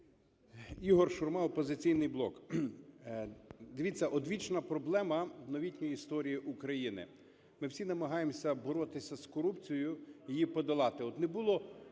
Ігор Шурма, "Опозиційний блок". Дивіться, одвічна проблема новітньої історії України: ми всі намагаємося боротися з корупцією і її подолати.